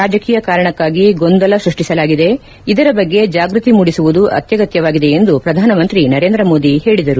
ರಾಜಕೀಯ ಕಾರಣಕ್ಕಾಗಿ ಗೊಂದಲ ಸೃಷ್ಟಿಸಲಾಗಿದೆ ಇದರ ಬಗ್ಗೆ ಜಾಗೃತಿ ಮೂಡಿಸುವುದು ಅತ್ಯಗತ್ಯವಾಗಿದೆ ಎಂದು ಪ್ರಧಾನಮಂತ್ರಿ ನರೇಂದ್ರ ಮೋದಿ ಹೇಳಿದರು